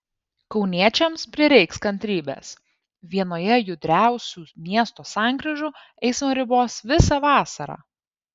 kauniečiams prireiks kantrybės vienoje judriausių miesto sankryžų eismą ribos visą vasarą